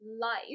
life